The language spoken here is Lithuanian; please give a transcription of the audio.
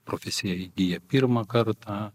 profesiją įgyja pirmą kartą